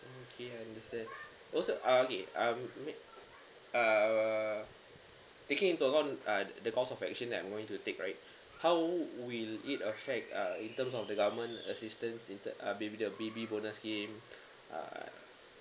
okay I understand also uh okay um err uh the course of the action that I am going to take right how will it affect uh in terms of the government assistance in the uh maybe the baby bonus scheme uh